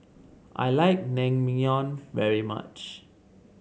I like Naengmyeon very much